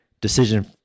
decision